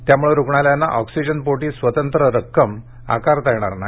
त्यामुळे रुग्णालयांना ऑक्सीजनपोटी स्वतंत्र रक्कम आकारता येणार नाही